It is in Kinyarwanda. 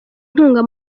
inkunga